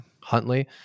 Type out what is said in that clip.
Huntley